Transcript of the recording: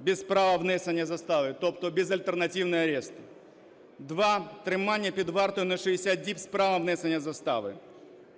без права внесення застави, тобто безальтернативний арешт, двом – тримання під вартою на 60 діб з правом внесення застави,